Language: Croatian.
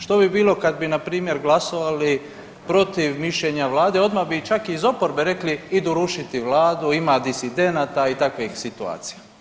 Što bi bilo kad bi npr. glasovali protiv mišljenja vlade odmah bi čak i iz oporbe rekli idu rušiti vladu, ima disidenata i takvih situacija.